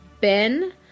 Ben